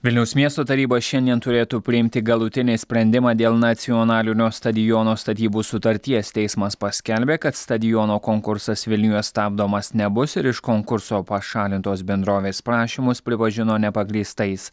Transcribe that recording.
vilniaus miesto taryba šiandien turėtų priimti galutinį sprendimą dėl nacionalinio stadiono statybų sutarties teismas paskelbė kad stadiono konkursas vilniuje stabdomas nebus ir iš konkurso pašalintos bendrovės prašymus pripažino nepagrįstais